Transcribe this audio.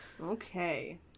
Okay